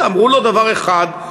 אמרו לו דבר אחד,